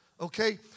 okay